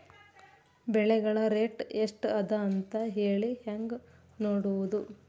ಬೆಳೆಗಳ ರೇಟ್ ಎಷ್ಟ ಅದ ಅಂತ ಹೇಳಿ ಹೆಂಗ್ ನೋಡುವುದು?